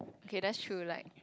okay that's true like